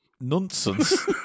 Nonsense